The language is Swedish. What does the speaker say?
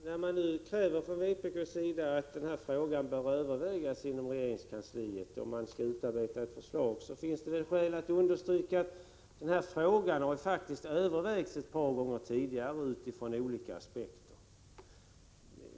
Herr talman! När vpk nu kräver att den här frågan skall övervägas inom regeringskansliet och att ett förslag skall utarbetas, där finns det väl skäl att understryka att frågan faktiskt har övervägts ett par gånger tidigare utifrån olika aspekter.